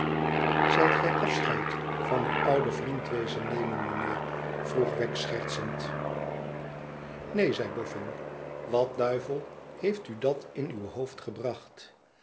zijt gij afecheid van uw ouden vriend wezen nemen mijnheer vroeg wegg schertsend neen zei bofïin wat duivel heeft u dat in uw hoofd gebracht